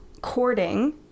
cording